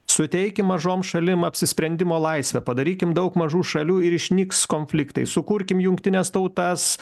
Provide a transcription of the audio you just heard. suteikim mažom šalim apsisprendimo laisvę padarykim daug mažų šalių ir išnyks konfliktai sukurkim jungtines tautas